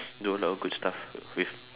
do a lot of good stuff with